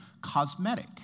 cosmetic